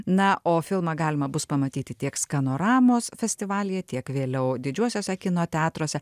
na o filmą galima bus pamatyti tiek skanoramos festivalyje tiek vėliau didžiuosiuose kino teatruose